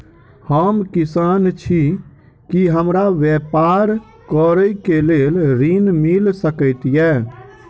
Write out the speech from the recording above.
हम किसान छी की हमरा ब्यपार करऽ केँ लेल ऋण मिल सकैत ये?